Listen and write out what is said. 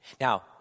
Now